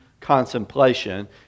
contemplation